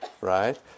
right